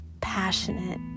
passionate